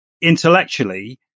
intellectually